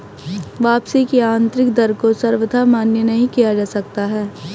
वापसी की आन्तरिक दर को सर्वथा मान्य नहीं किया जा सकता है